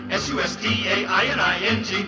sustaining